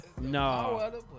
No